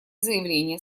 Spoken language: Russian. заявление